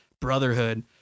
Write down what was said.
Brotherhood